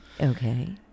Okay